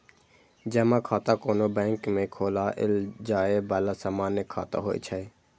जमा खाता कोनो बैंक मे खोलाएल जाए बला सामान्य खाता होइ छै